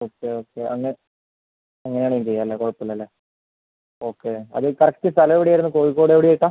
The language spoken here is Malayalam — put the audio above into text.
ഓക്കെ ഓക്കെ അങ്ങ് എങ്ങനെ ആണെങ്കിലും ചെയ്യാം അല്ലേ ഓക്കെ അത് കറക്റ്റ് സ്ഥലം എവിടെ ആയിരുന്നു കോഴിക്കോട് എവിടെ ആയിട്ടാണ്